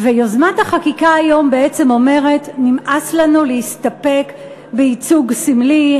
יוזמת החקיקה היום בעצם אומרת: נמאס לנו להסתפק בייצוג סמלי,